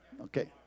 Okay